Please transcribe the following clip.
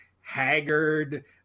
haggard